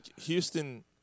Houston –